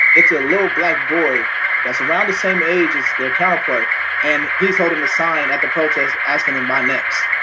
it's a little black boy that's around the same age as their counterpart and he's holding the sign at the protest, asking, am i next?